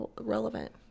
relevant